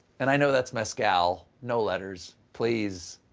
and i know that's mescal, no letters, please.